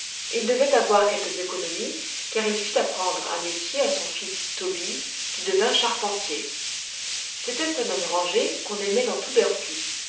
il devait avoir quelques économies car il fit apprendre un métier à son fils tobie qui devint charpentier c'était un homme rangé qu'on aimait dans tout drfli